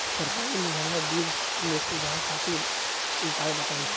सरकारी मुहैया बीज में सुधार खातिर उपाय बताई?